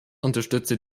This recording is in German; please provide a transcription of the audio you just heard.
unterstütze